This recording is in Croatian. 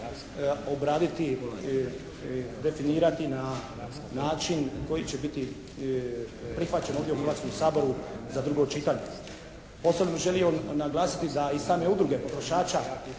obraditi, definirati na način koji će biti prihvaćen ovdje u Hrvatskom saboru za drugo čitanje. Posebno bih želio naglasiti da i same udruge potrošača